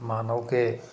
मानव की